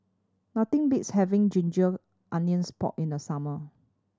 nothing beats having ginger onions pork in the summer